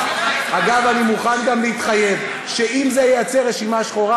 אני מוכן גם להתחייב שאם זה ייצר רשימה שחורה,